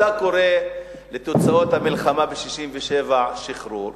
אתה קורא לתוצאות המלחמה ב-1967 שחרור,